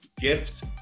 gift